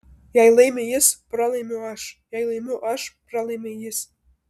jei laimi jis pralaimiu aš jei laimiu aš pralaimi jis